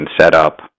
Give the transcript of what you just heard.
setup